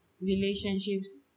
relationships